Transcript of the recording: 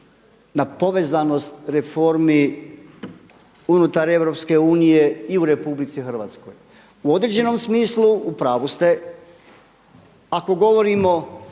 na povezanost reformi unutar Europske unije i u RH. U određenom smislu u pravu ste ako govorimo